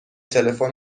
تلفن